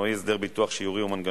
באופנועים לרכוש ביטוח אצל מבטח בשוק